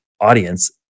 audience